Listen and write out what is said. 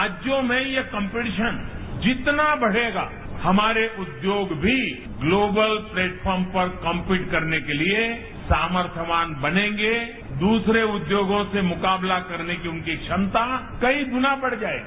राज्यों में ये कम्पटीशन जितना बढ़ेगा हमारे उद्योग भी ग्लोबल प्लेटफार्म पर कम्पीट करने के लिये सामर्थ्यवान बनेंगे दूसरे उद्योगों से मुकाबला करने की उनकी क्षमता कई गुणा बढ़ जायेगी